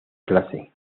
clase